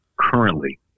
currently